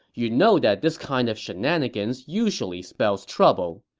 you know that this kind of shenanigans usually spells trouble.